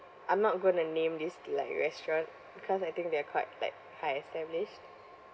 I'm not going to name this like restaurant because I think they're quite like high established